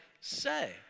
say